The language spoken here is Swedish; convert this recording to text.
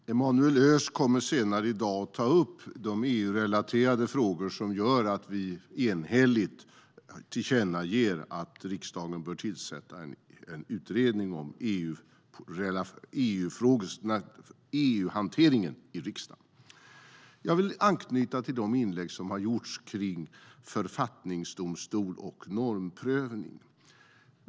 Herr talman! Emanuel Öz kommer senare i debatten att ta upp de EUrelaterade frågor som gör att vi enhälligt tillkännager att riksdagen bör tillsätta en utredning om EU-hanteringen i riksdagen. Jag vill anknyta till de inlägg som har gjorts om författningsdomstol och normprövning.